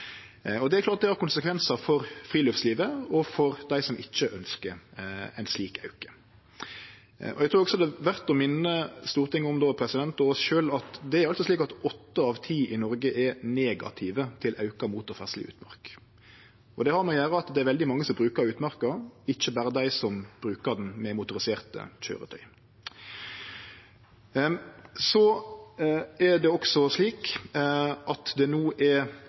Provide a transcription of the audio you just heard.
Det er klart det har konsekvensar for friluftslivet og for dei som ikkje ønskjer ein slik auke. Eg trur det er verdt å minne Stortinget og oss sjølve om at åtte av ti i Noreg er negative til auka motorferdsel i utmark. Det har med å gjere at det er veldig mange som bruker utmarka, ikkje berre dei som bruker henne med motoriserte køyretøy. I lys av at det er så veldig mange forslag her, og sterke meiningar frå mange parti, er det bra, synest eg, at det